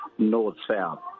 north-south